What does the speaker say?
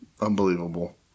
unbelievable